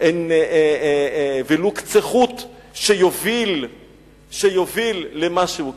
ולו קצה חוט שיוביל למשהו כזה.